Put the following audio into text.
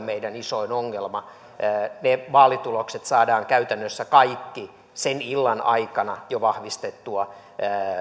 meidän isoin ongelmamme ne vaalitulokset saadaan käytännössä kaikki jo sen illan aikana vahvistettua